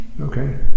Okay